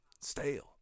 stale